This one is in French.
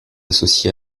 associé